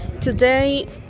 Today